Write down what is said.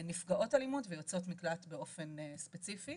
נפגעות אלימות ויוצאות מקלט באופן ספציפי.